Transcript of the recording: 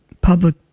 public